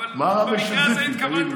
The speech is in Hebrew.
אבל במקרה זה התכוונו